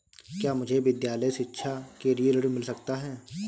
क्या मुझे विद्यालय शिक्षा के लिए ऋण मिल सकता है?